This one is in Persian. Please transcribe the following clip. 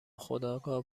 خودآگاه